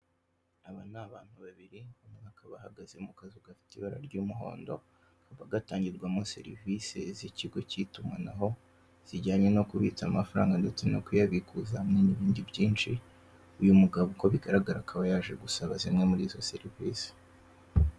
Aba ni abantu babiri; umwe akaba ahagaze mu kazu gafite ibara ry'umuhondo, kakaba gatangirwamo serivisi z'ikigo cy'itumanaho zijyanye no kubitsa amafaranga ndetse no kuyabikuza hamwe n'ibindi byinshi. Uyu mugabo uko bigaragara akaba yaje gusaba zimwe muri izo serivisi.